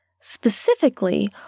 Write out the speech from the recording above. Specifically